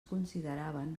consideraven